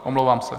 Omlouvám se.